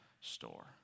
store